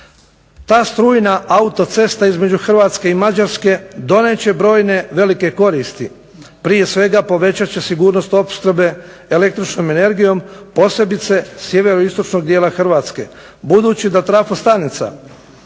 Ta strujna autocesta između Hrvatske i Mađarske donijet će brojne velike koristi, prije svega povećat će sigurnost opskrbe električnom energijom, posebice sjeveroistočnog dijela Hrvatske, budući da trafostanica